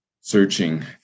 searching